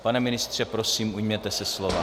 Pane ministře, prosím, ujměte se slova.